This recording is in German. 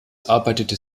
arbeitete